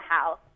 house